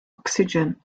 ocsigen